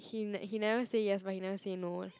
he he never say yes but he never say no eh